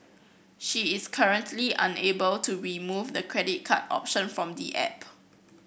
she is currently unable to remove the credit card option from the app